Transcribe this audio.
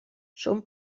són